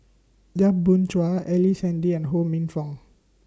Yap Boon Chuan Ellice Handy and Ho Minfong